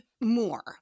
more